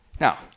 Now